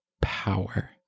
power